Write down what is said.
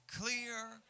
clear